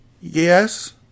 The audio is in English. Yes